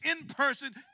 in-person